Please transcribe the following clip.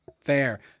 Fair